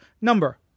number